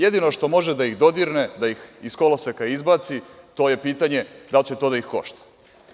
Jedino što može da ih dodirne, da ih iz koloseka izbaci, to je pitanje da li će to da ih košta.